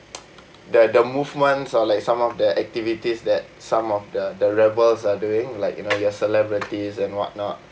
the the movements or like some of the activities that some of the the rebels are doing like you know your celebrities and whatnot